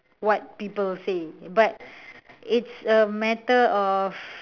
what people say but it's a matter of